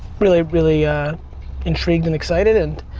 really, really intrigued and excited and